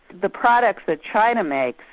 the products that china makes,